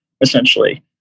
essentially